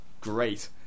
great